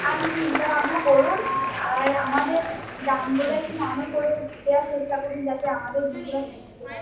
আপনি চিন্তাভাবনা করুন আর আমাদের দামগুলো একটু নর্মাল করে দেওয়ার চেষ্টা করুন যাতে আমাদের জিনিসগুলো বিক্রি হয়